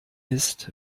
ist